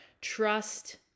trust